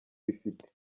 bifite